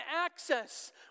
access